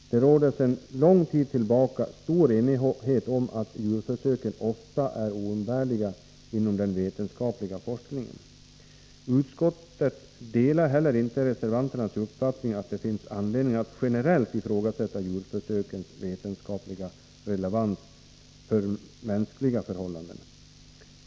Det råder sedan lång tid tillbaka stor enighet om att djurförsöken ofta är oumbärliga inom den vetenskapliga forskningen. Utskottet delar heller inte reservanternas uppfattning att det finns anledning att generellt ifrågasätta djurförsökens vetenskapliga relevans för mänskliga förhållanden.